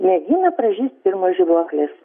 mėgina pražyst pirmos žibuoklės